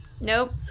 Nope